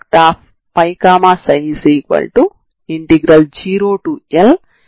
కాబట్టి ఈ సమాకలనం ఈ రెండు లైన్లు η 0 నుండి 0 వరకు ఉంటుంది